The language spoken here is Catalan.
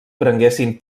prenguessin